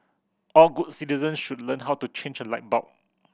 all good citizens should learn how to change a light bulb